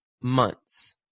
months